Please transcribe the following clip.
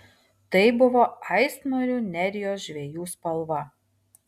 tai buvo aistmarių nerijos žvejų spalva